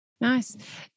Nice